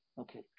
Okay